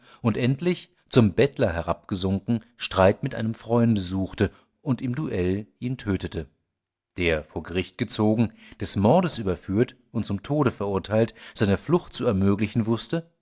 und endlich zum bettler herabgesunken streit mit einem freunde suchte und im duell ihn tötete der vor gericht gezogen des mordes überführt und zum tode verurteilt seine flucht zu ermöglichen wußte